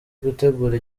gutegura